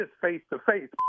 face-to-face